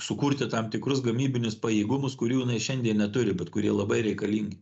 sukurti tam tikrus gamybinius pajėgumus kurių šiandien neturi bet kurie labai reikalingi